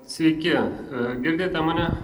sveiki girdite mane